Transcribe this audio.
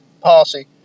policy